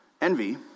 Envy